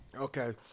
Okay